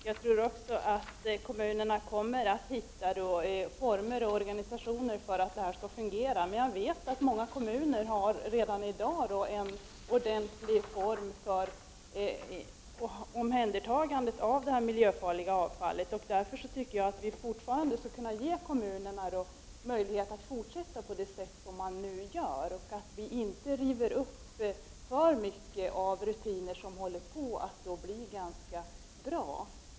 Herr talman! Jag tror att kommunerna kommer att hitta former och organisation för att hantera detta avfall. Jag vet också att många kommuner redan i dag har ordentliga former för att omhänderta miljöfarligt avfall. Därför tycker jag att vi fortfarande kunde ge kommunerna möjligheter att fortsätta på det sätt som man nu gör, så att vi inte river upp för mycket av de rutiner som håller på att utvecklas och är ganska bra.